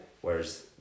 Whereas